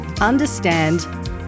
understand